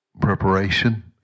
preparation